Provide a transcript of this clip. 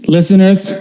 Listeners